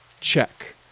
check